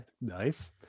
nice